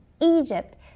Egypt